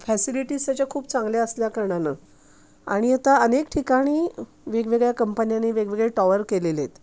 facilities त्याच्या खूप चांगल्या असल्याकारणानं आणि आता अनेक ठिकाणी वेगवेगळ्या कंपन्यानी वेगवेगळे टॉवर केलेले आहेत